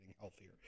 healthier